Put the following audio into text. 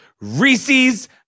Reese's